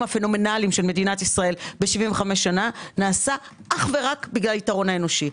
הפנומנליים של מדינת ישראל ב-75 שנה נעשה אך ורק בגלל היתרון האנושי.